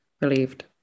relieved